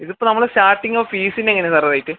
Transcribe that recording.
ഇതിപ്പോൾ നമ്മള സ്റ്റാർട്ടിംഗ് ഫീസിൻ്റെ എങ്ങനെയാണ് സാർ റേറ്റ്